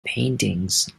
paintings